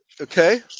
Okay